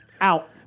Out